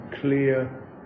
clear